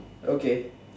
okay